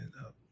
up